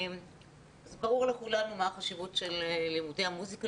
ברור לכולנו מה החשיבות של לימודי המוסיקה,